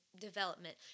development